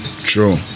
True